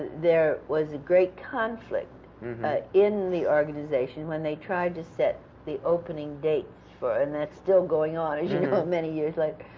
there was a great conflict in the organization when they tried to set the opening dates for it, and that's still going on, as you know, many years like